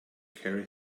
carry